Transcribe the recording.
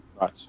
Right